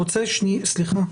אני רוצה שנייה להבין, סליחה.